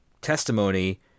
testimony